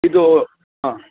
ಇದು ಹಾಂ